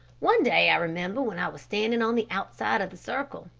one day, i remember, when i was standing on the outside of the circle,